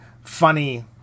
funny